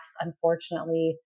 unfortunately